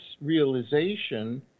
realization